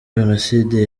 jenoside